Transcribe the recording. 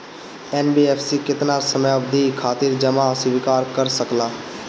NBFC केतना समयावधि खातिर जमा स्वीकार कर सकला?